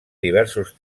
diversos